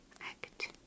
act